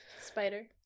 Spider